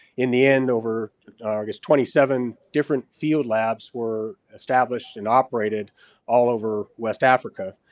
in the end, over i guess twenty seven different field labs were established and operated all over west africa.